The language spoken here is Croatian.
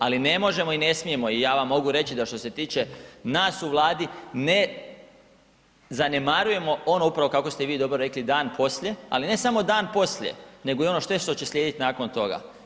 Ali ne možemo i ne smijemo i ja vam mogu reći da što se tiče nas u Vladi ne zanemarujemo ono upravo kako ste i vi dobro rekli, dan poslije, ali ne samo dan poslije nego i sve ono što će slijediti nakon toga.